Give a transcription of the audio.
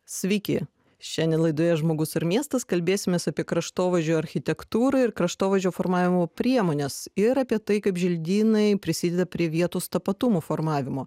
sveiki šiandien laidoje žmogus ir miestas kalbėsimės apie kraštovaizdžio architektūrą ir kraštovaizdžio formavimo priemones ir apie tai kaip želdynai prisideda prie vietos tapatumo formavimo